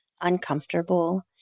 uncomfortable